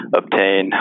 obtain